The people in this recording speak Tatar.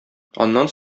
аннан